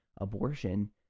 abortion